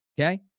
okay